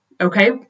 okay